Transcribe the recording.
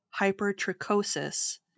hypertrichosis